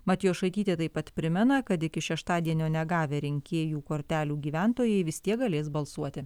matijošaitytė taip pat primena kad iki šeštadienio negavę rinkėjų kortelių gyventojai vis tiek galės balsuoti